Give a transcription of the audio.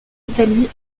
italie